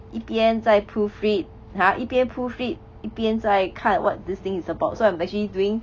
一边在 proofread !huh! 一边 proofread 一边在看 what this thing is about so I am actually doing